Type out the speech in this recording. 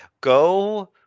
go